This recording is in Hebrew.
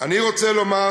אני רוצה לומר